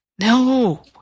no